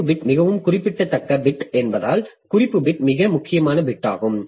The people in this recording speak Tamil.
குறிப்பு பிட் மிகவும் குறிப்பிடத்தக்க பிட் என்பதால் குறிப்பு பிட் மிக முக்கியமான பிட் ஆகும்